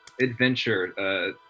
adventure